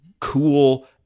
cool